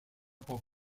può